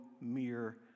mere